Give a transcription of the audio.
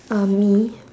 uh me